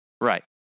Right